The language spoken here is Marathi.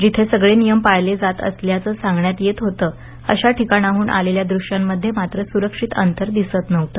जिथे सगळे नियम पाळले जात असल्याचं सांगण्यात सांगण्यात येत होतं अशा ठिकाणाहून आलेल्या दृष्यांमध्ये मात्र सुरक्षित अंतर दिसत नव्हतं